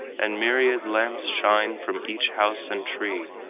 and myriad lamps shine from each house and tree,